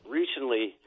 recently